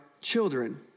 children